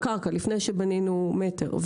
לפני שבנינו מטר.